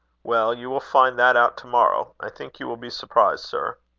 well, you will find that out to-morrow. i think you will be surprised, sir.